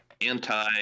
anti